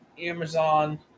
Amazon